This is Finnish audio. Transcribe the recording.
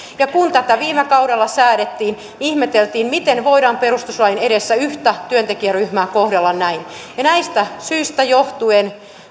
ja kun tätä viime kaudella säädettiin ihmeteltiin miten voidaan perustuslain edessä yhtä työntekijäryhmää kohdella näin ja näistä syistä johtuen